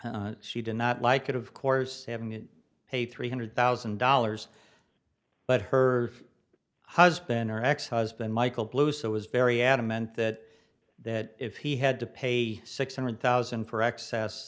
this she did not like it of course having it pay three hundred thousand dollars but her husband her ex husband michael blue so was very adamant that that if he had to pay a six hundred thousand for access